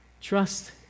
Trust